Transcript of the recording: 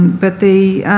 but the